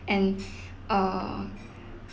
and uh